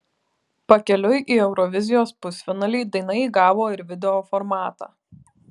pakeliui į eurovizijos pusfinalį daina įgavo ir video formatą